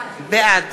בעד